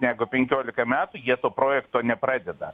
negu penkiolika metų jie to projekto nepradeda